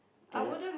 do you